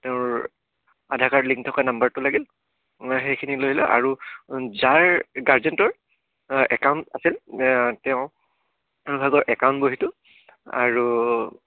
তেওঁৰ Aadhaar card link থকা নাম্বাৰটো লাগিল সেইখিনি লৈ লওঁ আৰু যাৰ গাৰ্জেণ্টৰ একাউণ্ট আছিল তেওঁৰ ভাগৰ একাউণ্ট বহীটো আৰু